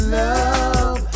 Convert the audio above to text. love